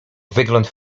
wygląd